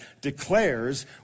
declares